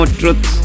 truth